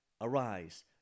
Arise